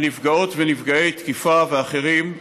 על נפגעות ונפגעי תקיפה ואחרים,